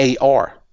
ar